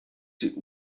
die